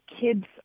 Kids